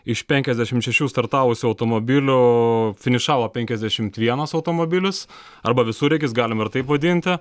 iš penkiasdešim šešių startavusių automobilių finišavo penkiasdešimt vienas automobilis arba visureigis galima ir taip vadinti